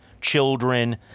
children